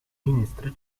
finestre